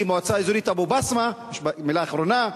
כי המועצה האזורית אבו-בסמה, מלה אחרונה,